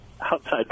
outside